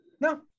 No